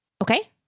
Okay